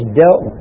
dealt